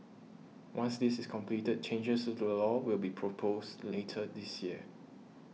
once this is completed changes to the law will be proposed later this year